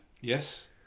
Yes